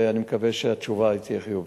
ואני מקווה שהתשובה תהיה חיובית.